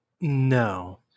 No